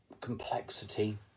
complexity